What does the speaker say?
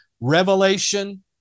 Revelation